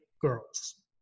girls